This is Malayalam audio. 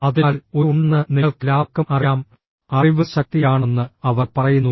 അതിനാൽ ഒരു ഉണ്ടെന്ന് നിങ്ങൾക്കെല്ലാവർക്കും അറിയാം അറിവ് ശക്തിയാണെന്ന് അവർ പറയുന്നു